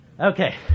Okay